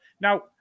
Now